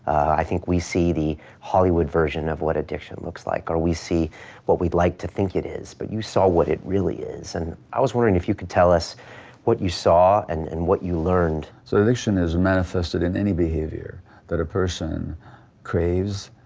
i think we see the hollywood version of what addiction looks like or we see what we'd like to think it is, but you saw what it really is and i was wondering if you could tell us what you saw and and what you learned. so addiction is manifested in anyy behaviour that a person craves,